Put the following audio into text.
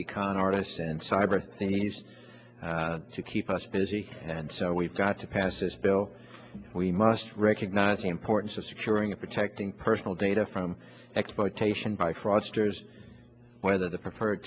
be con artists and cyber nice to keep us busy and so we've got to pass this bill and we must recognize the importance of securing a protecting personal data from exploitation by fraudsters whether the prefer